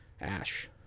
Ash